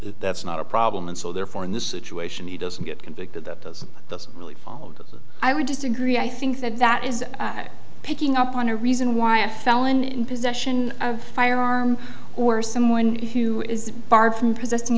that's not a problem and so therefore in this situation he doesn't get convicted that doesn't really follow i would disagree i think that that is picking up on a reason why a felon in possession of a firearm or someone who is barred from possessing